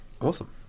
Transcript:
awesome